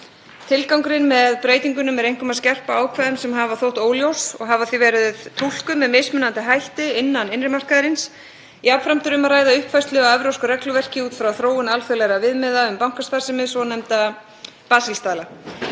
Tilgangurinn með breytingunum er einkum að skerpa á ákvæðum sem hafa þótt óljós og hafa því verið túlkuð með mismunandi hætti innan innri markaðarins. Jafnframt er um að ræða uppfærslu á evrópsku regluverki út frá þróun alþjóðlegra viðmiða um bankastarfsemi, svonefndra Basel-staðla.